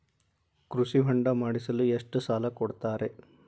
ಕೃಷಿ ಹೊಂಡ ಮಾಡಿಸಲು ಎಷ್ಟು ಸಾಲ ಕೊಡ್ತಾರೆ?